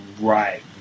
right